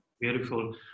Beautiful